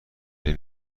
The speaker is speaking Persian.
این